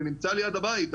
אני נמצא ליד הבית,